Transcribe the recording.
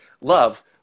love